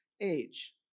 age